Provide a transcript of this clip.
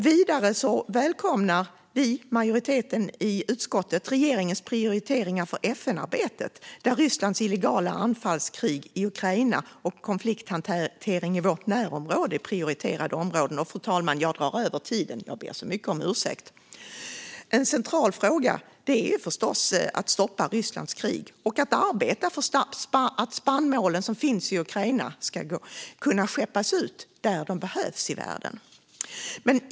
Vidare välkomnar majoriteten i utskottet regeringens prioriteringar för FN-arbetet där Rysslands illegala anfallskrig i Ukraina och konflikthantering i vårt närområde är prioriterade områden. En central fråga är förstås att stoppa Rysslands krig och att arbeta för att de spannmål som finns i Ukraina ska kunna skeppas ut dit där de behövs i världen.